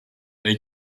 der